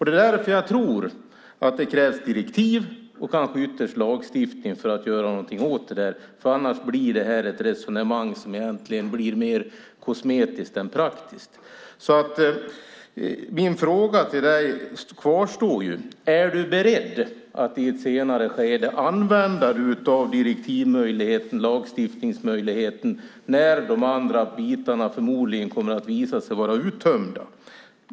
Det är därför jag tror att det krävs direktiv och kanske ytterst lagstiftning för att göra någonting åt det. Annars blir det nämligen ett resonemang som är mer kosmetiskt än praktiskt. Min fråga till dig kvarstår: Är du beredd att i ett senare skede, när de andra bitarna förmodligen kommer att visa sig vara uttömda, använda dig av direktiv och lagstiftningsmöjligheten?